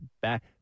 back